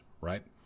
right